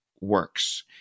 works